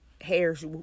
hairs